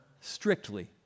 strictly